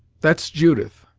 that's judith,